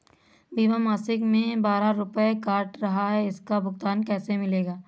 बीमा मासिक में बारह रुपय काट रहा है इसका भुगतान कैसे मिलेगा?